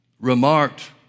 remarked